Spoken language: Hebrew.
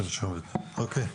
אוקיי.